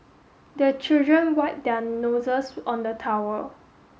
the children wipe their noses on the towel